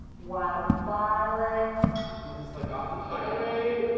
wild violet. is this, like, off the highway?